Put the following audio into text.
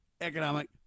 economic